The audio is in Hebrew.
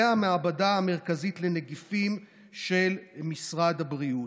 והמעבדה המרכזית לנגיפים של משרד הבריאות,